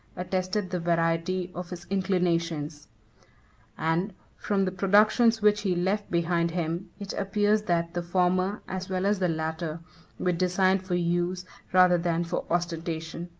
attested the variety of his inclinations and from the productions which he left behind him, it appears that the former as well as the latter were designed for use rather than for ostentation.